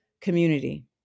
community